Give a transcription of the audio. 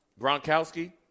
Gronkowski